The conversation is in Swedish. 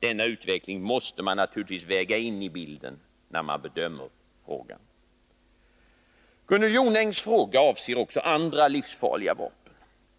Denna utveckling måste man naturligtvis väga in i bilden när man bedömer frågan. Gunnel Jonängs fråga avser också andra livsfarliga vapen.